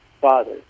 father